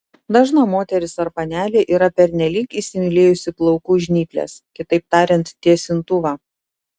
dažna moteris ar panelė yra pernelyg įsimylėjusi plaukų žnyples kitaip tariant tiesintuvą